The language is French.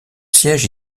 siège